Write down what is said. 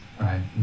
Right